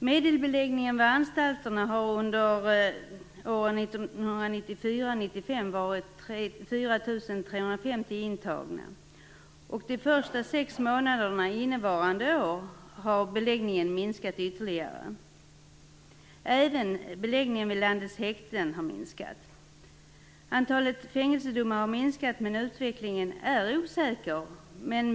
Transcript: Medelbeläggningen vid anstalterna har under åren 1994-1995 varit 4 350 intagna. Under de första sex månaderna innevarande år har beläggningen minskat ytterligare. Även beläggningen vid landets häkten har minskat. Antalet fängelsedomar har minskat, men utvecklingen är osäker.